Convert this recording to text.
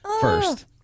first